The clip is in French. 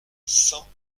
cent